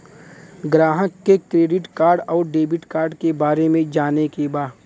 ग्राहक के credit card और डेविड कार्ड के बारे में जाने के बा?